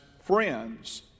friends